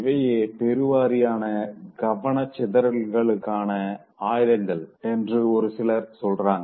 இவையே பெருவாரியான கவனச்சிதறல்கலுக்கான ஆயுதங்கள் என்று ஒரு சிலர் சொல்றாங்க